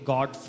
God